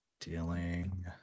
Dealing